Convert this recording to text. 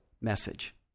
message